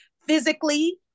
physically